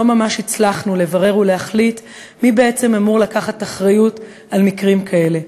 ממש הצלחנו לברר ולהחליט מי בעצם אמור לקחת אחריות על מקרים כאלה,